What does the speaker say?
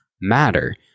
matter